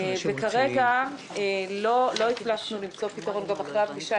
כרגע לא הצלחנו למצוא פתרון כולל, גם אחרי הפגישה